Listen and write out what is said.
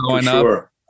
sure